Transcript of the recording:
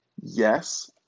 Yes